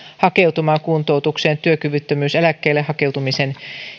hakeutumaan kuntoutukseen työkyvyttömyyseläkkeelle hakeutumisen